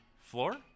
floor